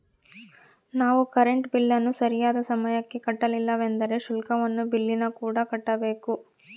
ನಾವು ಕರೆಂಟ್ ಬಿಲ್ಲನ್ನು ಸರಿಯಾದ ಸಮಯಕ್ಕೆ ಕಟ್ಟಲಿಲ್ಲವೆಂದರೆ ಶುಲ್ಕವನ್ನು ಬಿಲ್ಲಿನಕೂಡ ಕಟ್ಟಬೇಕು